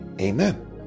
Amen